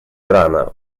ирана